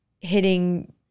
hitting